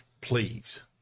please